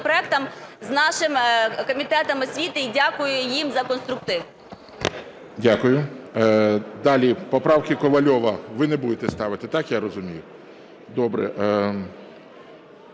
законопроектам з нашим Комітетом освіти і дякую їм за конструктив. ГОЛОВУЮЧИЙ. Далі поправки Ковальова. Ви не будете ставити, так, я розумію? Добре.